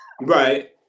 Right